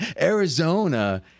Arizona